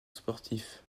sportif